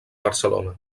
barcelona